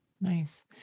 nice